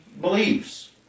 beliefs